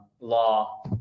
law